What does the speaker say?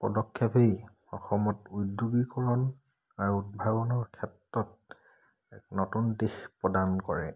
পদক্ষেপেই অসমত উদ্যোগীকৰণ আৰু উদ্ভাৱনৰ ক্ষেত্ৰত এক নতুন দিশ প্ৰদান কৰে